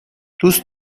دوست